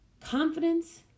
Confidence